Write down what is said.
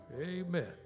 amen